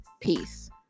peace